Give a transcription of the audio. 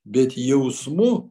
bet jausmu